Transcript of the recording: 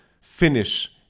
finish